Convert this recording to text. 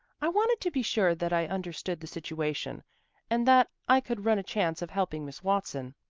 i wanted to be sure that i understood the situation and that i could run a chance of helping miss watson.